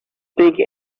take